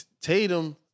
Tatum